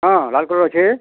ହଁ ଲାଲ୍ କଲର୍ ଅଛେ